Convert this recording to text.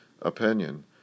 opinion